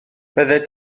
byddet